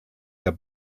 der